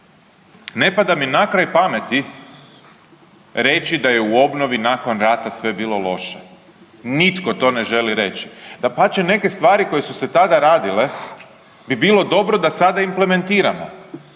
ne pada mi na kraj pameti reći da je u obnovi nakon rata sve bilo loše. Nitko to ne želi reći. Dapače, neke stvari koje su se tada radile bi bilo dobro da sada implementiramo.